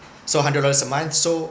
so hundred dollars a month so